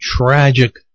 tragic